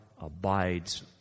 abides